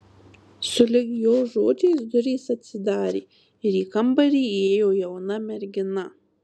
sulig jo žodžiais durys atsidarė ir į kambarį įėjo jauna mergina